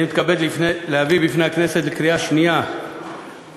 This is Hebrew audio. אני מתכבד להביא בפני הכנסת לקריאה שנייה ולקריאה